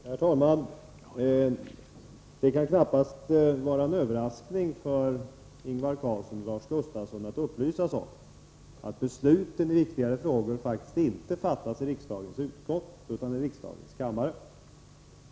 Herr talman! Det kan knappast vara en överraskning för Ingvar Carlsson eller Lars Gustafsson att beslut i viktiga frågor faktiskt inte skall fattas i riksdagens utskott utan i kammaren.